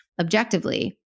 Objectively